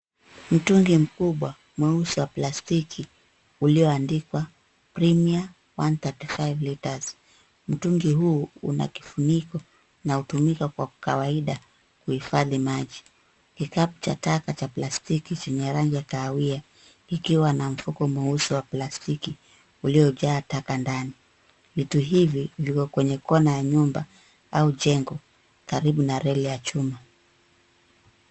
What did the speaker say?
Mtungi mkubwa mweusi wa plastiki ulioandikwa Premier 135 Litres. Mtungi huu una kifuniko unaotumika kwa kawaida kuhifadhi maji. Kikapu cha taka cha plastiki chenye rangi ya kahawia ikiwa na mfuko mweusi wa plastiki uliojaa taka ndani. Vitu hivi viko kwenye kona ya nyumba au jengo karibu na reli ya chuma.